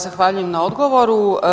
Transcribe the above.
Zahvaljujem na odgovoru.